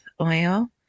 oil